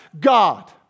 God